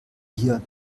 hier